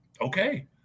Okay